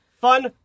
Fun